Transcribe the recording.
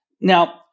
Now